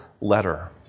letter